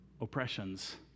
oppressions